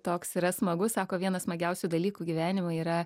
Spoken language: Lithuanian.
toks yra smagus sako vienas smagiausių dalykų gyvenime yra